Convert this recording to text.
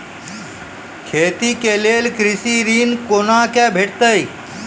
खेती के लेल कृषि ऋण कुना के भेंटते?